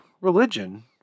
religion